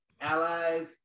allies